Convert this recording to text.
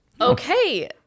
Okay